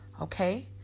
okay